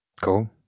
cool